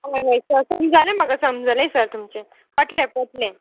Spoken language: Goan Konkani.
हय हय सर समजालें म्हाका समजलें सर तुमचें पटलें पटलें